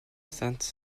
saint